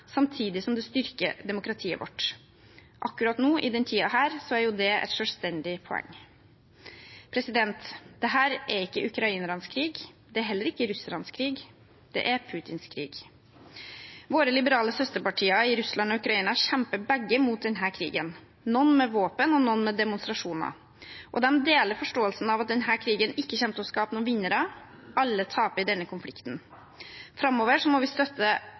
samtidig som det styrker demokratiet vårt. Akkurat nå, i denne tiden, er det et selvstendig poeng. Dette er ikke ukrainernes krig, det er heller ikke russernes krig – det er Putins krig. Våre liberale søsterpartier i Russland og Ukraina kjemper begge mot denne krigen, noen med våpen og noen med demonstrasjoner. De deler forståelsen av at denne krigen ikke kommer til å skape noen vinnere. Alle taper i denne konflikten. Framover må vi støtte